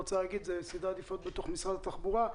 הוא יגיד שזה עניין של סדרי עדיפויות בתוך משרד התחבורה.